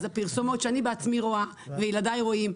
אז הפרסומות שאני בעצמי רואה וילדי רואים,